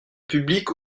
publique